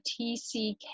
TCK